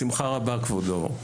בשמחה רבה כבודו.